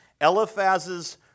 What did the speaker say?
Eliphaz's